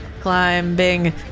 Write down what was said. Climbing